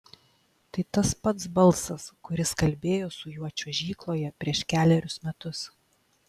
tai tas pats balsas kuris kalbėjo su juo čiuožykloje prieš kelerius metus